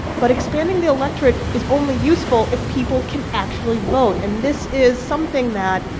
but expanding the electorate is only useful if people can actually vote. and this is something that,